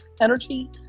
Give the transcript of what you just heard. energy